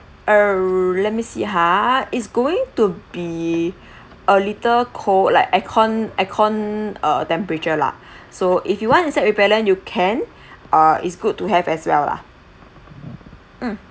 err let me see ha is going to be a little cold like aircond aircond uh temperature lah so if you want insect repellent you can err it's good to have as well lah mm